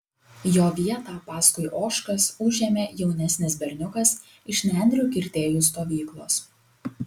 jo vietą paskui ožkas užėmė jaunesnis berniukas iš nendrių kirtėjų stovyklos